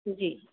जी